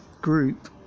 group